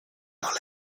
par